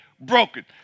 broken